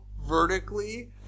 vertically